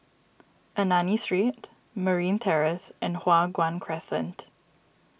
Ernani Street Marine Terrace and Hua Guan Crescent